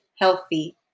healthy